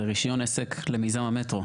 זה רישיון עסק למיזם המטרו.